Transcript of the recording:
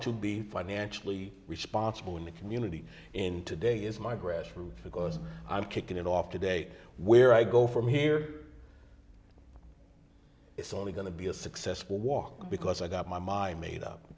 to be financially responsible in the community in today is my grass roots because i'm kicking it off today where i go from here it's only going to be a successful walk because i got my mind made up